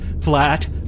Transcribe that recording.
Flat